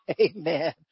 Amen